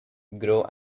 grow